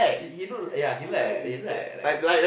he look ya he look like a he look like a like a